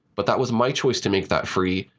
but that was my choice to make that free,